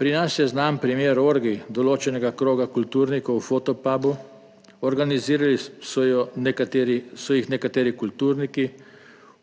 Pri nas je znan primer orgij določenega kroga kulturnikov v Fotopubu. Organizirali so jih nekateri kulturniki,